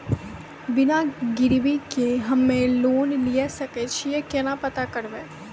बिना गिरवी के हम्मय लोन लिये सके छियै केना पता करबै?